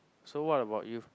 so what about you